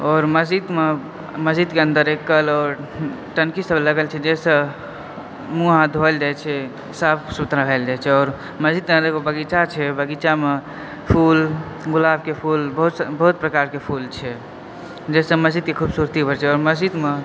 और मस्जिदमे मस्जिदके अन्दर एक कल और टंकी सब लागल छै जाहिसँ मुँह हाथ धोयल जाइ छै साफ़ सुथरा होयल जाइ छै और मस्जिद के अन्दर एगो बगीचा छै ओहि बगीचा मे फूल गुलाब के फूल बहुत प्रकार के फूल छै जाहिसँ मस्जिद के खूबसूरती बढ़ै छै और मस्जिद मे